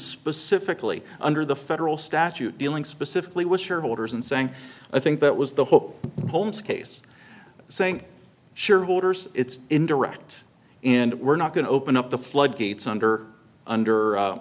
specifically under the federal statute dealing specifically with shareholders and saying i think that was the hope holmes case saying shareholders it's indirect and we're not going to open up the floodgates under under